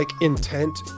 intent